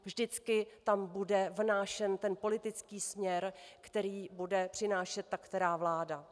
Vždycky tam bude vnášen ten politický směr, který bude přinášet ta která vláda.